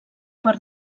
per